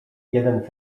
jeden